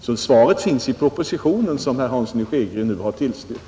Mitt svar finns alltså i propositionen, som herr Hansson i Skegrie nu tillstyrkt.